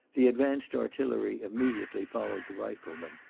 the advanced artillery immediately followed the riflemen.